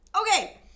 Okay